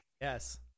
Yes